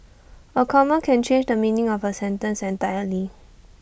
A comma can change the meaning of A sentence entirely